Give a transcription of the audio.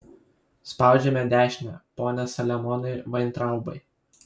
spaudžiame dešinę pone saliamonai vaintraubai